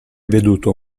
veduto